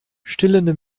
stillende